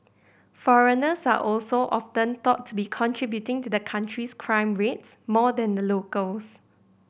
foreigners are also often thought to be contributing to the country's crime rates more than the locals